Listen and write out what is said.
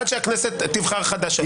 עד שהכנסת תבחר חדשים.